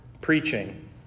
preaching